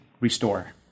Restore